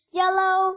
yellow